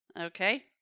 Okay